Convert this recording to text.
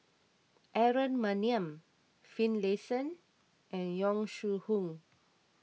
Aaron Maniam Finlayson and Yong Shu Hoong